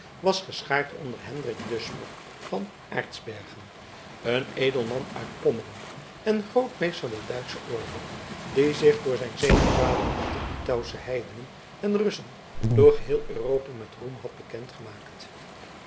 was geschaard onder hendrik dusmer van aertsbergen een edelman uit pommeren en grootmeester der duitsche orde die zich door zijn zegepralen op de lithauwsche heidenen en russen door geheel europa met roem had